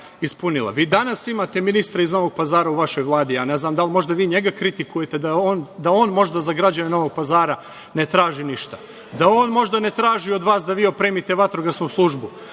danas imate ministra iz Novog Pazara u vašoj Vladi, ja ne znam da li vi možda njega kritikujete da on možda za građane Novog Pazara ne traži ništa, da on možda ne traži od vas da vi opremite vatrogasnu službu.